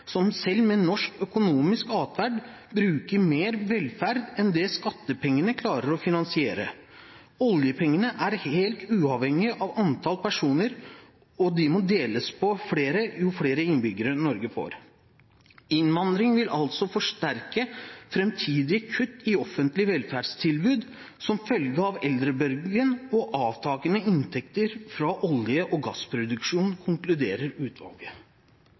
som selv med norsk økonomisk adferd bruker mer velferd enn det skattepengene klarer å finansiere. Oljepengene er helt uavhengig av antall personer, og de må deles på flere jo flere innbyggere Norge får.» Videre i artikkelen står det: «Innvandring vil altså forsterke fremtidige kutt i offentlige velferdstilbud som følge av eldrebølgen og avtagende inntekter fra olje- og gassproduksjonen, konkluderer utvalget.»